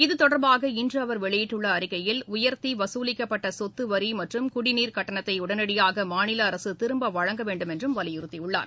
இத்தொடர்பாக இன்று அவர் வெளியிட்டுள்ள அறிக்கையில் உயர்த்தி வசூலிக்கப்பட்ட சொத்து வரி மற்றும் குடிநீர் கட்டணத்தை உடனடியாக மாநில அரசு திரும்ப வழங்க வேண்டும் என்றும் வலியுறுத்தியுள்ளார்